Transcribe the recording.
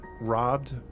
robbed